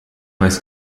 weiß